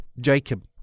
Jacob